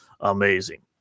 Amazing